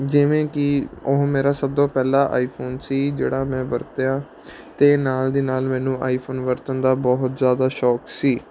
ਜਿਵੇਂ ਕਿ ਉਹ ਮੇਰਾ ਸਭ ਤੋਂ ਪਹਿਲਾ ਆਈਫੋਨ ਸੀ ਜਿਹੜਾ ਮੈਂ ਵਰਤਿਆ ਅਤੇ ਨਾਲ ਦੀ ਨਾਲ ਮੈਨੂੰ ਆਈਫੋਨ ਵਰਤਣ ਦਾ ਬਹੁਤ ਜ਼ਿਆਦਾ ਸ਼ੌਕ ਸੀ